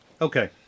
Okay